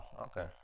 okay